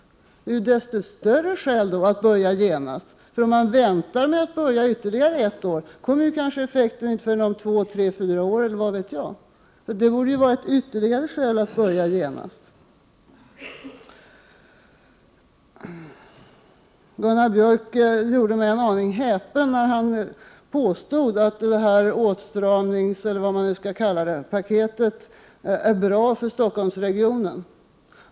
Desto större anledning att börja genast. Om man väntar ytterligare ett år kommer effekten kanske inte förrän om två, tre eller fyra år, vad vet jag. Det borde vara ytterligare ett skäl att börja genast. Gunnar Björk gjorde mig en aning häpen när han påstod att åtstramningspaketet, eller vad man skall kalla det, är bra för Stockholmsregionen.